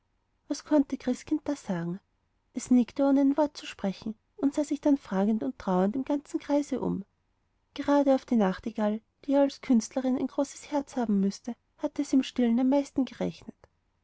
was konnte christkind dazu sagen es nickte ohne ein wort zu sprechen und sah sich dann fragend und trauernd im ganzen kreise um grade auf die nachtigall die ja doch als künstlerin ein großes herz haben mußte hatte es im stillen am meisten gerechnet